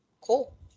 cool